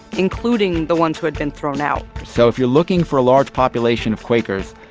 including the ones who had been thrown out so if you're looking for a large population of quakers,